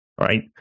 right